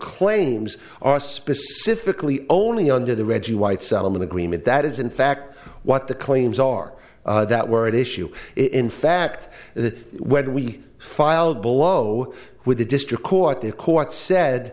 claims are specifically only under the reggie white settlement agreement that is in fact what the claims are that were at issue in fact that when we filed below with the district court the court said